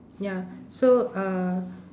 ya so uh